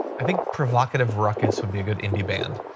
i think provocative ruckus would be a good indie band.